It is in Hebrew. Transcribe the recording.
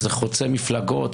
זה חוצה מפלגות,